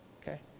okay